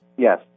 Yes